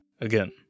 Again